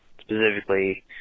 specifically